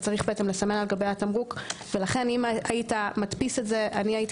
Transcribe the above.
צריך לסמן על גבי התמרוק ולכן לו היית מדפיס את זה הייתי